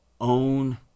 own